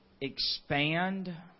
expand